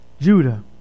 Judah